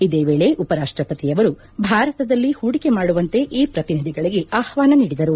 ಇದೇ ವೇಳೆ ಉಪರಾಷ್ಟಪತಿಯವರು ಭಾರತದಲ್ಲಿ ಹೂಡಿಕೆ ಮಾಡುವಂತೆ ಈ ಪ್ರತಿನಿಧಿಗಳಿಗೆ ಆಹ್ವಾನ ನೀಡಿದರು